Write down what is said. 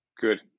Good